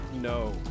no